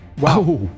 wow